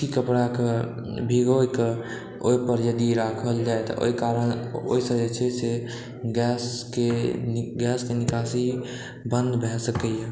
सूती कपड़ाके भिंगोके ओहिपर यदि राखल जाइ तऽ ओहि कारण ओहिसँ जे छै से गैसके निकासी बन्द भऽ सकैए